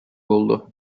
oldu